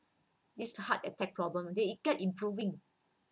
this heart attack problem they get improving